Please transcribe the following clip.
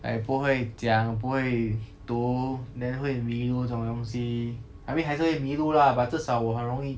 like 不会讲不会读 then 会迷路这种东西 I mean 还是会迷路 lah but 至少我很容易